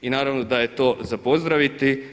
I naravno da je to za pozdraviti.